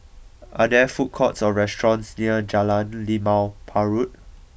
are there food courts or restaurants near Jalan Limau Purut